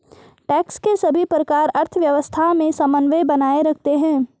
tax के सभी प्रकार अर्थव्यवस्था में समन्वय बनाए रखते हैं